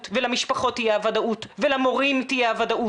ולמשפחות תהיה הוודאות ולמורים תהיה הוודאות,